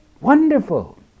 wonderful